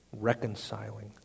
reconciling